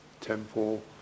temple